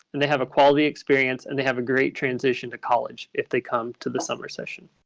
and they have a quality experience, and they have a great transition to college if they come to the summer session?